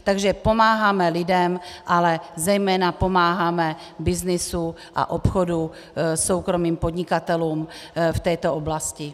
Takže pomáháme lidem, ale zejména pomáháme byznysu a obchodu soukromých podnikatelů v této oblasti.